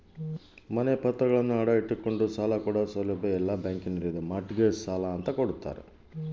ಮನೆ ಪತ್ರಗಳನ್ನು ಅಡ ಇಟ್ಟು ಕೊಂಡು ಸಾಲ ಕೊಡೋ ಸೌಲಭ್ಯ ಇದಿಯಾ?